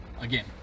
Again